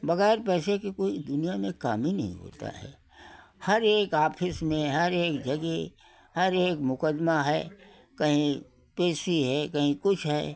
वगैर पैसे के कोई दुनिया में काम ही नई होता है हर एक आफिस में हर एक जगह हर एक मुकदमा है कहीं पेसी है कहीं कुछ है